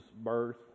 birth